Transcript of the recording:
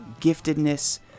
giftedness